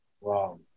Wow